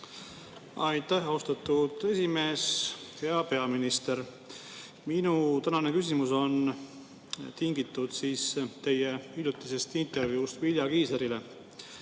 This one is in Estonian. Aitäh, austatud esimees! Hea peaminister! Minu tänane küsimus on tingitud teie hiljutisest intervjuust Vilja Kiislerile.